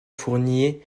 fournier